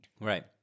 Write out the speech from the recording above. Right